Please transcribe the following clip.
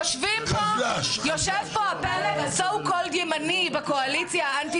יושב פה הפלג הסו קאלד ימני בקואליציה האנטי